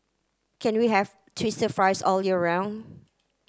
can we have twister fries all year round